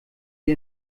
wir